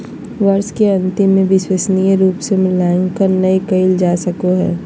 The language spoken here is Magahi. वर्ष के अन्तिम में विश्वसनीय रूप से मूल्यांकन नैय कइल जा सको हइ